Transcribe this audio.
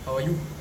how are you